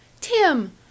Tim